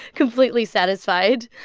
completely satisfied